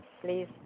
please